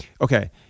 Okay